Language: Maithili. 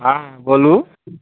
हँ बोलु